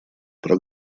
про